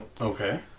Okay